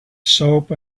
soap